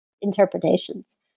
interpretations